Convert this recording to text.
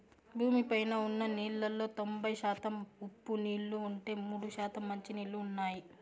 భూమి పైన ఉన్న నీళ్ళలో తొంబై శాతం ఉప్పు నీళ్ళు ఉంటే, మూడు శాతం మంచి నీళ్ళు ఉన్నాయి